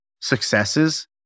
successes